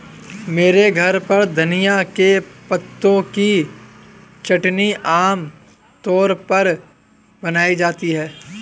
मेरे घर पर धनिए के पत्तों की चटनी आम तौर पर बनाई जाती है